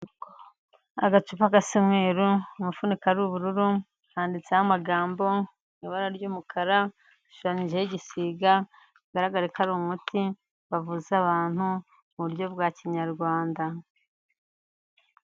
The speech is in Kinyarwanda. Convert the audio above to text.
Agacupa gasa umweru umufuniko ari ubururu, handitseho amagambo mu ibara ry'umukara, hashushanyijeho igisiga bigaragare ko ari umuti bavuza abantu mu buryo bwa Kinyarwanda.